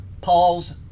Paul's